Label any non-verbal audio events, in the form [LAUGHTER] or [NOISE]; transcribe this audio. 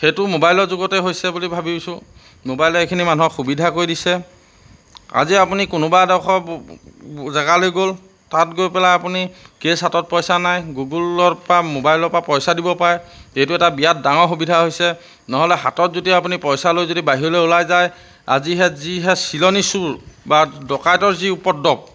সেইটো মোবাইলৰ যুগতে হৈছে বুলি ভাবিছোঁ মোবাইলে এইখিনি মানুহক সুবিধা কৰি দিছে আজি আপুনি কোনোবা এডোখৰ [UNINTELLIGIBLE] জেগালৈ গ'ল তাত গৈ পেলাই আপুনি কেছ হাতত পইচা নাই গুগুলৰ পৰা মোবাইলৰ পৰা পইচা দিব পাৰে এইটো এটা বিৰাট ডাঙৰ সুবিধা হৈছে নহ'লে হাতত যদি আপুনি পইচা লৈ যদি বাহিৰলৈ ওলাই যায় আজিহে যিহে চিলনি চোৰ বা ডকাইতৰ যি উপদ্ৰৱ